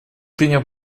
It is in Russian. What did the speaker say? принял